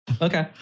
Okay